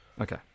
Okay